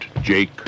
Jake